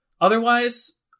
Otherwise